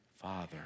father